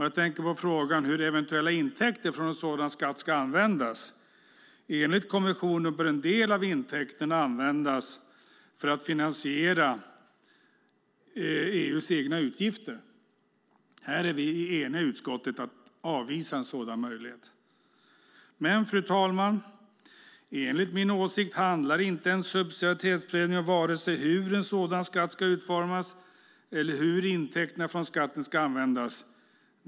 Jag tänker då på frågan om hur eventuella intäkter från en sådan skatt ska användas. Enligt kommissionen bör en del av intäkterna användas för att finansiera EU:s egna utgifter. Här är vi i utskottet eniga om att avvisa en sådan möjlighet. Enligt min åsikt handlar inte en subsidiaritetsprövning om vare sig hur en sådan skatt ska utformas eller hur intäkterna från skatten ska användas.